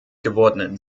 gewordenen